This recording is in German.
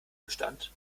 bestand